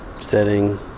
setting